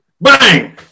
Bang